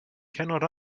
cannot